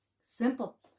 simple